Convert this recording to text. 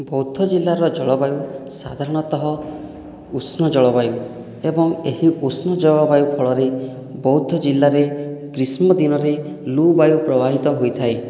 ବୌଦ୍ଧ ଜିଲ୍ଲାର ଜଳବାୟୁ ସାଧାରଣତଃ ଉଷ୍ମ ଜଳବାୟୁ ଏବଂ ଏହି ଉଷ୍ମ ଜଳବାୟୁ ଫଳରେ ବୌଦ୍ଧ ଜିଲ୍ଲାରେ ଗ୍ରୀଷ୍ମ ଦିନରେ ଲୁ ବାୟୁ ପ୍ରବାହିତ ହୋଇଥାଏ